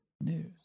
news